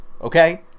okay